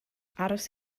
aros